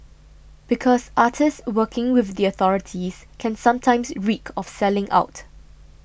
because artists working with the authorities can sometimes reek of selling out